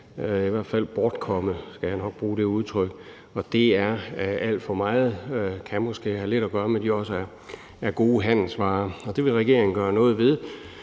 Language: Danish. i hvert fald bortkommet – det udtryk skal jeg nok bruge – over 300.000 danske pas, og det er alt for mange. Det kan måske have lidt at gøre med, at de også er gode handelsvarer. Det vil regeringen gøre noget ved.